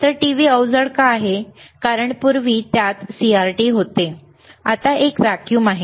तर टीव्ही अवजड आहे कारण पूर्वी त्यांत CRT होते आता एक व्हॅक्यूम आहे